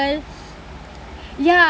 ya